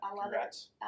Congrats